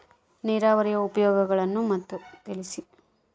ನೇರಾವರಿಯ ಉಪಯೋಗಗಳನ್ನು ಮತ್ತು?